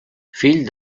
fill